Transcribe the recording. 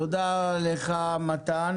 תודה לך מתן.